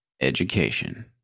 education